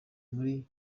muri